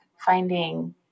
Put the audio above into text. finding